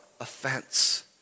offense